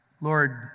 Lord